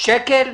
שקשורים לציבור?